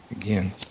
Again